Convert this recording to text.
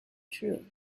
true